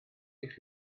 eich